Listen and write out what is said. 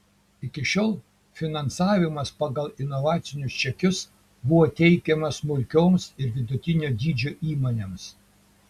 iki šiol finansavimas pagal inovacinius čekius buvo teikiamas smulkioms ir vidutinio dydžio įmonėms